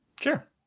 Sure